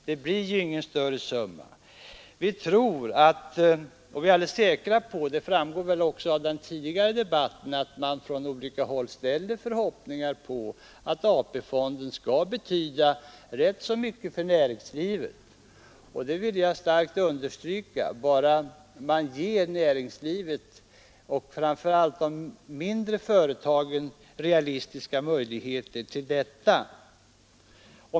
Detta blir ingen större summa. Vi är alldeles säkra på att man — det framgår av den tidigare debatten — på olika håll ställer förhoppningar på att AP-fonden skall få rätt stor betydelse för näringslivet, och jag vill ganska starkt understryka att detta är möjligt, bara man ger näringslivet och framför allt de mindre företagen realistiska möjligheter till återlån.